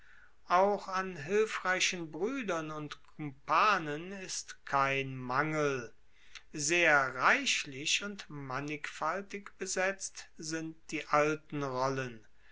auch an hilfreichen bruedern und kumpanen ist kein mangel sehr reichlich und mannigfaltig besetzt sind die alten rollen